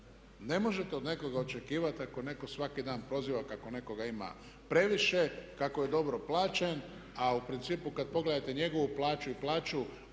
Ne možete od nekoga očekivati ako netko svaki dan proziva kako nekoga ima previše, kako je dobro plaćen a u principu kad pogledate njegovu plaću i plaću